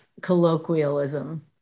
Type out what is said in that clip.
colloquialism